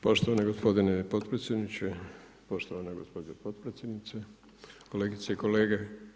Poštovani gospodine potpredsjedniče, poštovana gospođo potpredsjednice, kolegice i kolege.